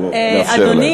אנחנו נאפשר לה את זה.